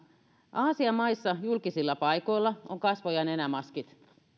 aasian maissa julkisilla paikoilla on kasvo ja nenämaskit